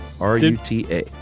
R-U-T-A